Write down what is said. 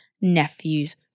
nephews